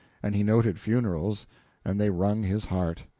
and he noted funerals and they wrung his heart.